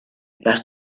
las